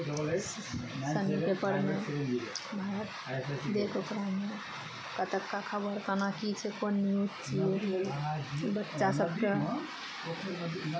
सङ्गे पेपरमे देख ओकरामे कतक्का खबर केना की छै कोन न्यूज छियै बच्चा सभके